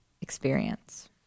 experience